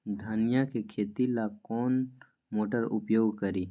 धनिया के खेती ला कौन मोटर उपयोग करी?